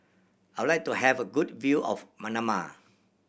I would like to have a good view of Manama